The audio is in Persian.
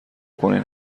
کنین